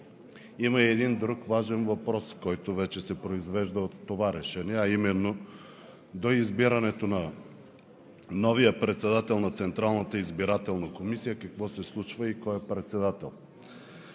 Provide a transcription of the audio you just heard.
Има и един друг важен въпрос, който вече се произвежда от това решение, а именно – до избирането на новия председател на Централната избирателна комисия какво се случва и кой е председател.